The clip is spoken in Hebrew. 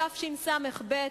תשס"ב,